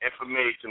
Information